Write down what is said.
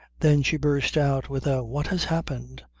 then she burst out with a what has happened?